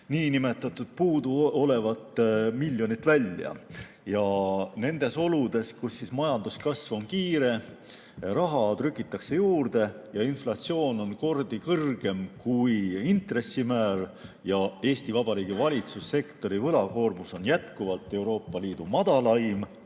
niinimetatud puuduolevat miljonit välja. Nendes oludes, kus majanduskasv on kiire, raha trükitakse juurde ja inflatsioon on kordi kõrgem kui intressimäär ja Eesti Vabariigi valitsussektori võlakoormus on jätkuvalt Euroopa Liidu madalaim,